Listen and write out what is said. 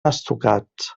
estucats